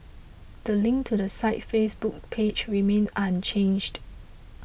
the link to the site's Facebook page remains unchanged